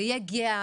זה יהיה גהה,